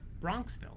Bronxville